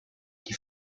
die